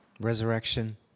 resurrection